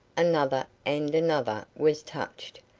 another and another was touched,